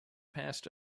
passed